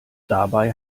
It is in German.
dabei